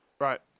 Right